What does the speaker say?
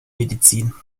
medizin